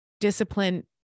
discipline